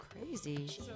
crazy